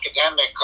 academic